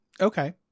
Okay